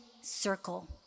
circle